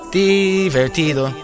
divertido